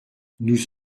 nous